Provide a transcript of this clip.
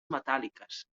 metàl·liques